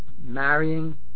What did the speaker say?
Marrying